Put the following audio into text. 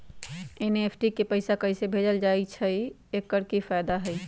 NEFT से पैसा कैसे भेजल जाइछइ? एकर की फायदा हई?